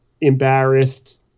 embarrassed